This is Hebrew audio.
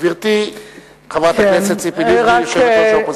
גברתי חברת כנסת ציפי לבני, יושבת-ראש האופוזיציה.